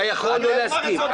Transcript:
אתה יכול לא להסכים.